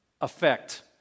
effect